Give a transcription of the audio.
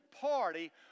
party